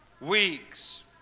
weeks